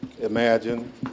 imagine